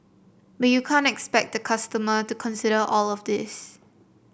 but you can't expect a customer to consider all of this